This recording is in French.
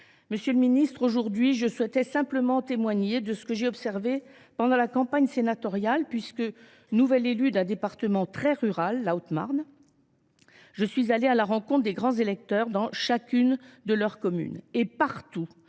monsieur le ministre, je souhaite simplement témoigner de ce que j’ai observé pendant la campagne sénatoriale, puisque, nouvelle élue d’un département très rural, la Haute Marne, je suis allée à la rencontre des grands électeurs dans chaque commune. Partout,